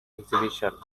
exhibition